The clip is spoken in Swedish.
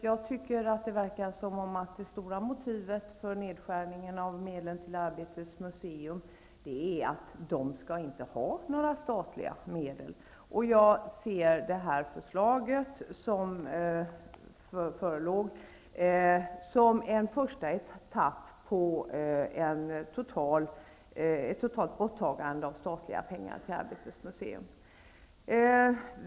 Jag tycker att det verkar som om det stora motivet för nedskärningen av medlen till Arbetets museum är att museet inte skall ha några statliga medel. Jag ser det förslaget som förelåg som en första etapp i ett totalt borttagande av statliga pengar till Arbetets museum.